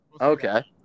Okay